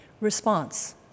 Response